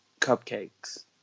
cupcakes